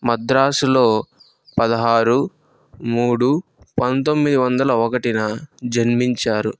మద్రాసులో పదహారు మూడు పంతొమ్మిది వందల ఒకటిన జన్మించారు